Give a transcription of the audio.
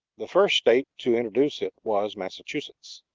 the first state to introduce it was massachusetts.